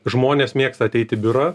žmonės mėgsta ateit į biurą